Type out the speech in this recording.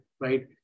right